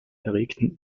erregten